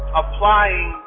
applying